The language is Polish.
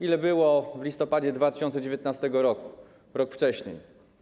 Ile było w listopadzie 2019 r., rok wcześniej?